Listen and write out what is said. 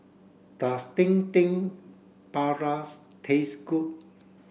does Dendeng Parus taste good